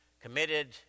committed